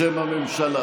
רשאים הממשלה